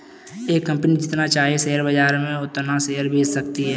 एक कंपनी जितना चाहे शेयर बाजार में उतना शेयर बेच सकती है